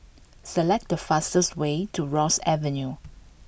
select the fastest way to Ross Avenue